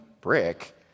brick